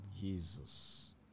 Jesus